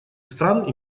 стран